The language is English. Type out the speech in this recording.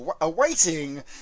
awaiting